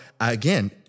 again